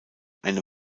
eine